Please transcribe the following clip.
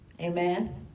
Amen